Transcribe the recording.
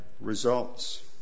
results